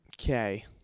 okay